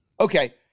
Okay